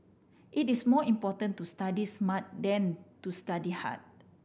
it is more important to study smart than to study hard